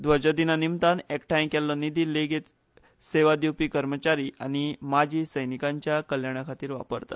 ध्वजदिना निमतान एकठांय केल्लो निधी लेगीत सेवा दिवपी कर्मचारी आनी माची सैनिकांच्या कल्याणा खातीर वापरतात